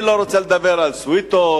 אני לא רוצה לדבר על סוויטות,